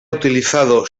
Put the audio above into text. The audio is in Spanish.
utilizado